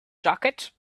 jacket